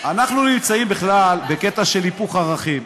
אנחנו נמצאים בכלל בקטע של היפוך ערכים.